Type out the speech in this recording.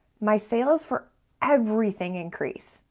my sales for everything increase.